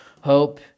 hope